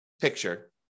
picture